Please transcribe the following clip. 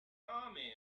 army